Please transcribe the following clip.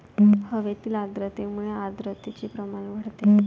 हवेतील आर्द्रतेमुळे आर्द्रतेचे प्रमाण वाढते